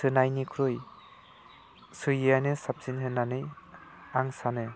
सोनायनिख्रुय सोयिआनो साबसिन होननानै आं सानो